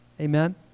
Amen